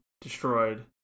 destroyed